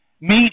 meet